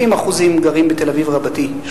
70% גרים בתל-אביב רבתי,